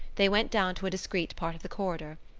they went down to a discreet part of the corridor.